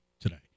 today